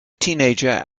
teenager